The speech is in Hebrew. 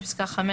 בפסקה (5),